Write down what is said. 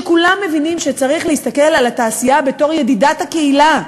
כשכולם מבינים שצריך להסתכל על התעשייה בתור ידידת הקהילה.